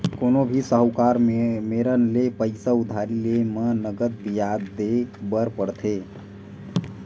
कोनो भी साहूकार मेरन ले पइसा उधारी लेय म नँगत बियाज देय बर परथे